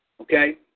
Okay